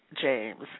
James